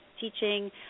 teaching